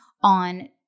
on